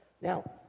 Now